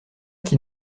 qui